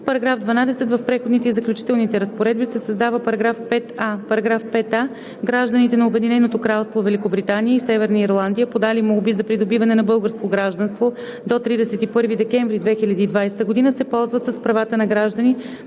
§ 12: „§ 12. В преходните и заключителните разпоредби се създава § 5а: „§ 5а. Гражданите на Обединеното кралство Великобритания и Северна Ирландия, подали молби за придобиване на българско гражданство до 31 декември 2020 г., се ползват с правата на граждани